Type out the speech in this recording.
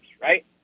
right